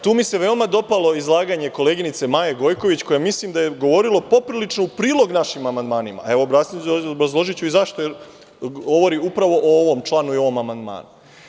Tu mi se veoma dopalo izlaganje koleginice Maje Gojković, koje mislim da je govorilo poprilično u prilog našim amandmanima, a obrazložiću i zašto, jer govori upravo o ovom članu i o ovom amandmanu.